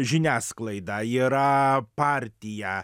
žiniasklaida yra partija